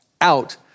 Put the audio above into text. out